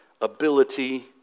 ability